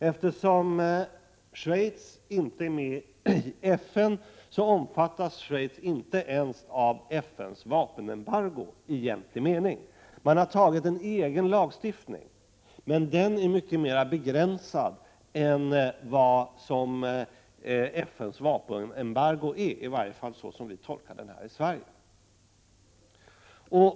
Eftersom Schweiz inte tillhör FN, omfattas landet i egentlig mening inte ens av FN:s vapenembargo. Man har antagit en egen lagstiftning, men den är mycket mer begränsad än FN:s vapenembargo, i varje fall som vi tolkar det här i Sverige.